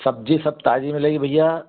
सब्ज़ी सब ताज़ी मिलेगी भैया